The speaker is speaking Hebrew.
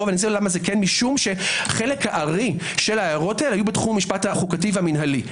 חלק הארי של ההערות האלה היו בתחום המשפט החוקתי והמינהלי.